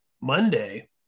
Monday